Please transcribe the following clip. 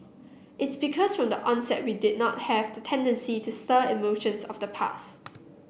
it's because from the onset we did not have the tendency to stir emotions of the past